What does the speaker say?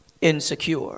insecure